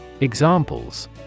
Examples